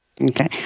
Okay